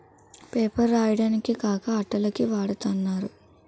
paper రాయడానికే కాక అట్టల కి వాడతన్నారు